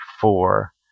four